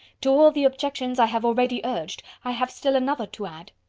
to all the objections i have already urged, i have still another to add.